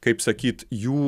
kaip sakyt jų